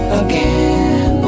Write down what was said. again